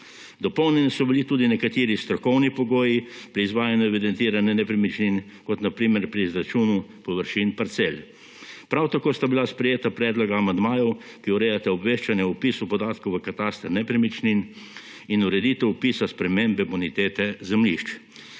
Dopolnjeni so bili tudi nekateri strokovni pogoji pri izvajanju evidentiranja nepremičnin, kot na primer pri izračunu površin parcel. Prav tako sta bila sprejeta predloga amandmajev, ki urejata obveščanje o vpisu podatkov v kataster nepremičnin in ureditev vpisa spremembe bonitete zemljišč.